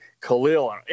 Khalil